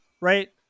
right